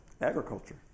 Agriculture